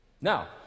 Now